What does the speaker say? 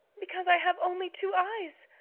because i have only two eyes,